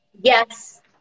yes